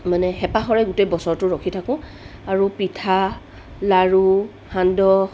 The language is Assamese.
মানে হেপাহেৰে গোটেই বছৰতো ৰখি থাকোঁ আৰু পিঠা লাৰু সান্দহ